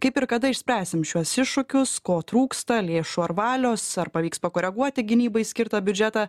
kaip ir kada išspręsim šiuos iššūkius ko trūksta lėšų ar valios ar pavyks pakoreguoti gynybai skirtą biudžetą